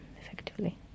effectively